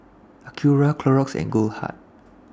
Acura Clorox and Goldheart